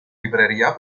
libreria